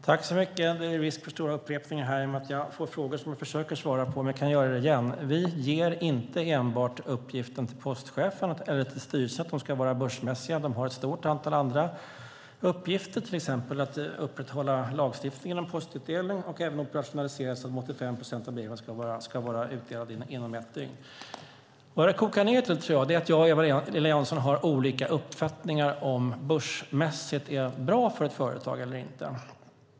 Fru talman! Det blir en viss upprepning i och med att jag får frågor som jag redan försökt svara på. Men jag kan göra det igen. Vi ger inte styrelsen enbart i uppgift att de ska vara börsmässiga. De har ett stort antal andra uppgifter, till exempel att upprätthålla lagstiftningen om postutdelning och operationalisera så att 85 procent av breven ska vara utdelade inom ett dygn. Vad det kokar ned till tror jag är att jag och Eva-Lena Jansson har olika uppfattningar om huruvida börsmässighet är bra för ett företag.